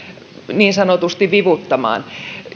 niin sanotusti vivuttamaan